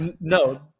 No